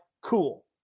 cool